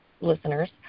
listeners